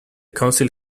council